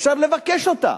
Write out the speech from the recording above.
אפשר לבקש אותה.